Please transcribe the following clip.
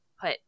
put